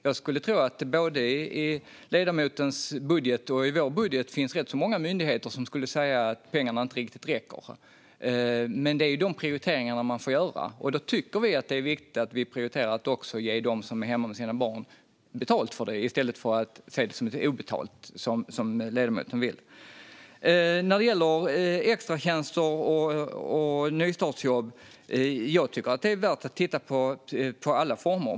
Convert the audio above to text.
Jag skulle tro att det med både ledamotens och vår budget finns rätt många myndigheter som skulle säga att pengarna inte riktigt räcker. Men det är de prioriteringar man får göra, och då tycker vi att det är viktigt att prioritera att också ge dem som är hemma med sina barn betalt för det, i stället för att det ska ses som obetalt, som ledamoten vill. När det gäller extratjänster och nystartsjobb tycker jag att det är värt att titta på alla former.